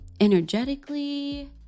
energetically